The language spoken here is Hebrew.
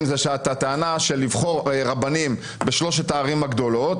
זה שהטענה שלבחור רבנים בשלוש הערים הגדולות